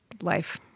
life